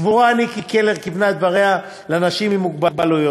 סבורה אני כי קלר כיוונה את דבריה לאנשים עם מוגבלות,